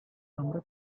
nombre